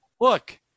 look